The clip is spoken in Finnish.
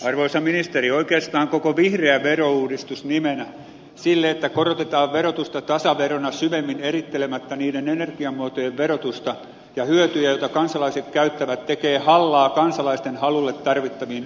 arvoisa ministeri oikeastaan koko vihreä verouudistus nimenä sille että korotetaan verotusta tasaverona syvemmin erittelemättä niiden energiamuotojen verotusta ja hyötyjä joita kansalaiset käyttävät tekee hallaa kansalaisten halulle tarvittaviin energiapoliittisiin muutoksiin